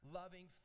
loving